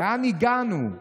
לאן הגענו?